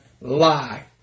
Lie